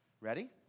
Ready